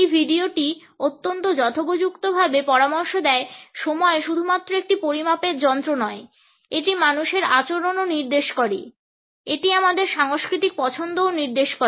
এই ভিডিওটি অত্যন্ত যথোপযুক্তভাবে পরামর্শ দেয় সময় শুধুমাত্র একটি পরিমাপের যন্ত্র নয় এটি মানুষের আচরণও নির্দেশ করে এটা আমাদের সাংস্কৃতিক পছন্দও নির্দেশ করে